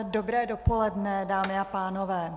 Dobré dopoledne, dámy a pánové.